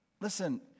Listen